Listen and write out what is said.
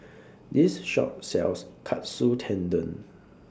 This Shop sells Katsu Tendon